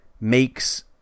makes